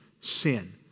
sin